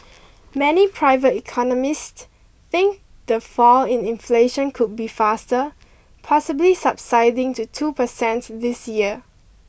many private economists think the fall in inflation could be faster possibly subsiding to two percents this year